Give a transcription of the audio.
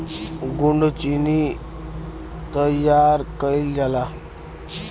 गुड़ चीनी तइयार कइल जाला